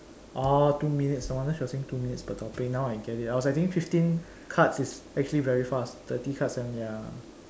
orh two minutes no wonder she was saying two minutes per topic now I get it I was like thinking fifteen cards is actually very fast thirty cards then ya